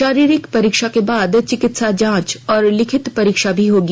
शारीरिक परीक्षा के बाद चिकित्सा जांच और लिखित परीक्षा भी होगी